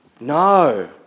No